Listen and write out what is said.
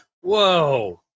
whoa